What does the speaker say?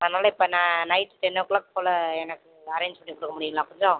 அதனால் இப்போ நான் நைட் டென் ஓ க்ளாக் போல் எனக்கு கொஞ்சம் அரேஞ்ச் பண்ணி கொடுக்க முடியுங்களா கொஞ்சம்